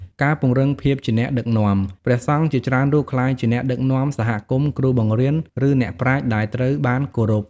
ការពង្រឹងភាពជាអ្នកដឹកនាំ ព្រះសង្ឃជាច្រើនរូបក្លាយជាអ្នកដឹកនាំសហគមន៍ គ្រូបង្រៀន ឬអ្នកប្រាជ្ញដែលត្រូវបានគោរព។